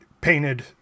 painted